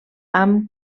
amb